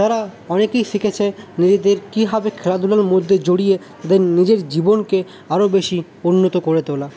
তারা অনেকেই শিখেছে নিজেদের কীভাবে খেলাধুলোর মধ্যে জড়িয়ে তাদের নিজের জীবনকে আরো বেশী উন্নত করে তোলা